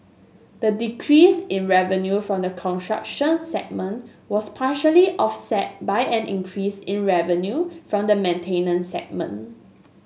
the decrease in revenue from the construction segment was partially offset by an increase in revenue from the maintenance segment